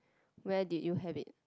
where did you have it